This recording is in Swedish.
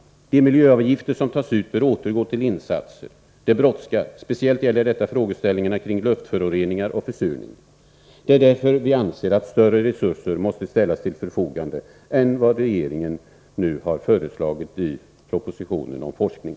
De miljöavgifter som tas ut bör återföras till insatser. Det brådskar, och det gäller speciellt frågeställningarna kring luftföroreningar och försurning. Det är därför vi anser att större resurser måste ställas till förfogande än vad regeringen nu har föreslagit i propositionen om forskning.